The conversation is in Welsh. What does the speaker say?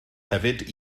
hefyd